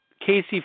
Casey